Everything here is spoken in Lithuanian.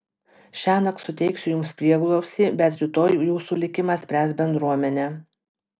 šiąnakt suteiksiu jums prieglobstį bet rytoj jūsų likimą spręs bendruomenė